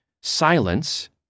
silence